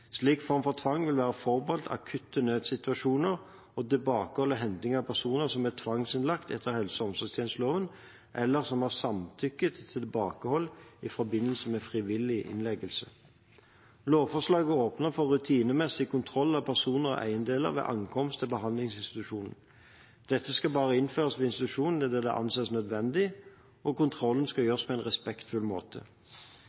Slik form for tvang vil være forbeholdt akutte nødsituasjoner og tilbakehold og henting av personer som er tvangsinnlagt etter helse- og omsorgstjenesteloven, eller som har samtykket til tilbakehold i forbindelse med frivillig innleggelse. Lovforslaget åpner for rutinemessig kontroll av person og eiendeler ved ankomst til behandlingsinstitusjonen. Dette skal bare innføres ved institusjoner der det anses nødvendig, og